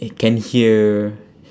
can hear